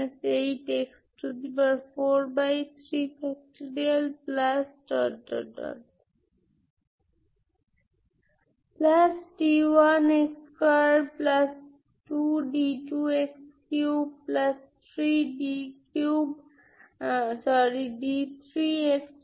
সুতরাং আমি কিভাবে আমার Cn খুঁজে পাব আপনি ডট প্রোডাক্টটি নিন fxPnxCnPnxPn অন্য সব জিনিস হবে 0 তাই এর মানে হল আপনি Cn পুনর্লিখন করতে পারেন এগুলো সবই মূল্যবান